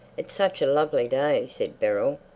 it's such a lovely day, said beryl,